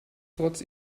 trotz